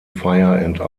fire